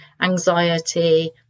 anxiety